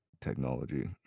technology